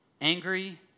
angry